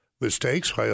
mistakes